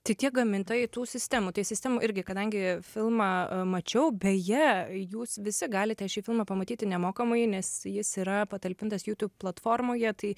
tai tie gamintojai tų sistemų tai sistemų irgi kadangi filmą mačiau beje jūs visi galite šį filmą pamatyti nemokamai nes jis yra patalpintas youtube platformoje tai